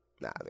Nah